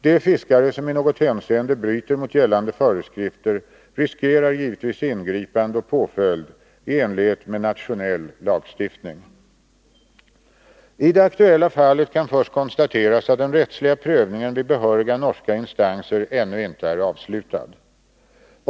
De fiskare som i något hänseende bryter mot gällande föreskrifter riskerar givetvis ingripande och påföljd i enlighet med nationell lagstiftning. I det aktuella fallet kan först konstateras att den rättsliga prövningen vid behöriga norska instanser ännu inte är avslutad.